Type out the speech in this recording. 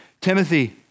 Timothy